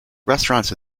restaurants